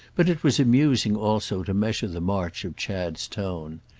but it was amusing also to measure the march of chad's tone.